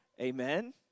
Amen